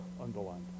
underlined